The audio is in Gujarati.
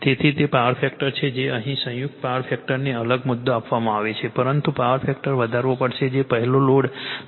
તેથી તે પાવર ફેક્ટર છે જે પણ સંયુક્ત પાવર ફેક્ટરને તે અલગ મુદ્દો આપવામાં આવે છે પરંતુ પાવર ફેક્ટર વધારવો પડશે જે પહેલો લોડ 0